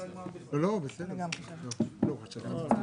כן.